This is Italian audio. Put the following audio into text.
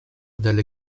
dalle